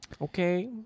Okay